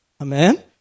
Amen